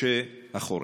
בחודשי החורף.